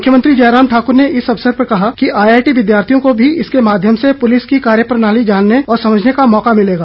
मुख्यमंत्री जयराम ठाक्र ने इस अवसर पर कहा कि आईआईटी विद्यार्थियों को भी इसके माध्यम से पुलिस की कार्यप्रणाली जानने और समझने का मौका मिलेगा